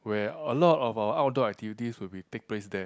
where a lot of our outdoor activities will be take place there